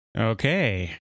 Okay